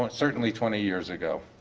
um certainly twenty years ago,